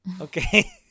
okay